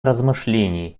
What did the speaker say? размышлений